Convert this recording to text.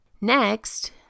Next